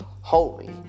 holy